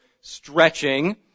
stretching